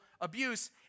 abuse